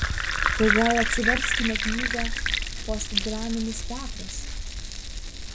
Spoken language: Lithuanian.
tai gal atsiverskime knygą postdraminis teatras